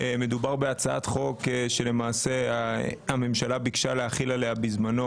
מדובר בהצעת חוק שלמעשה הממשלה ביקשה להחיל עליה בזמנו,